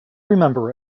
remember